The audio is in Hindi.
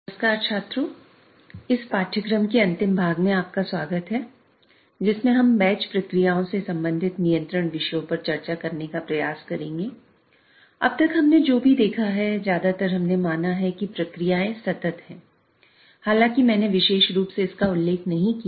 नमस्कार छात्रों इस पाठ्यक्रम के अंतिम भाग में आपका स्वागत है जिसमें हम बैच प्रक्रियाओं हैं हालांकि मैंने विशेष रूप से इसका उल्लेख नहीं किया